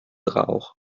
rauch